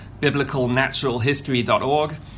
biblicalnaturalhistory.org